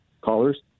callers